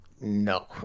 No